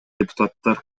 депутаттар